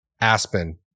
Aspen